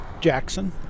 Jackson